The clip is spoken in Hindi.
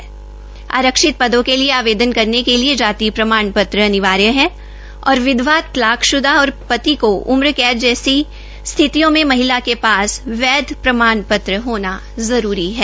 उन्होंने बताया कि आरक्षित पदो के लिये आवेदन करने के लिए जाति प्रमाण पत्र अनिवार्य है और विधवा तलाकश्दा निराश्रित और पति को उमर कैद जैसी स्थितियों में महिला के पास वैध प्रमाण पत्र होना जरूरी है